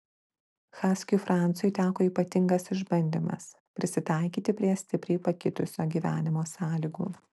haskiui francui teko ypatingas išbandymas prisitaikyti prie stipriai pakitusio gyvenimo sąlygų